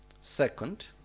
Second